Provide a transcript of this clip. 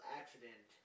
accident